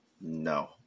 no